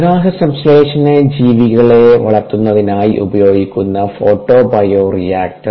പ്രകാശസംശ്ലേഷണ ജീവികളെ വളർത്തുന്നതിനായി ഉപയോഗിക്കുന്ന ഫോട്ടോ ബയോറിയാക്ടർ